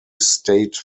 state